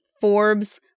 Forbes